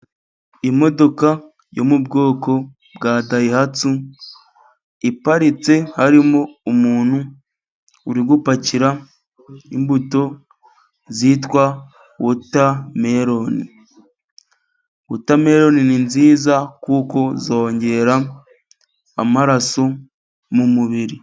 Imodoka yo mu bwoko bwa Dayihatsu iparitse, harimo umuntu uri gupakira imbuto zitwa wotameroni. Wotameroni ni nziza kuko zongera amaraso mu mubiri.